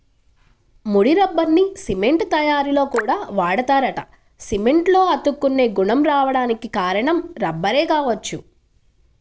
ముడి రబ్బర్ని సిమెంట్ తయ్యారీలో కూడా వాడతారంట, సిమెంట్లో అతుక్కునే గుణం రాడానికి కారణం రబ్బరే గావచ్చు